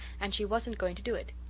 and she wasn't going to do it.